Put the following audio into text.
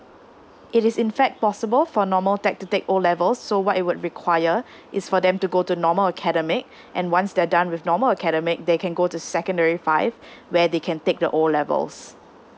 it is in fact possible for normal tech to take O levels so what it would require is for them to go to normal academic and once they're done with normal academic they can go to secondary five where they can take the O levels